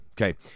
Okay